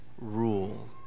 rule